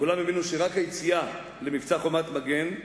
כולם הבינו שרק היציאה למבצע "חומת מגן",